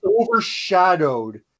overshadowed